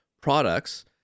products